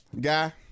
Guy